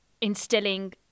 instilling